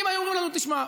אם היו אומרים לנו: תשמעו,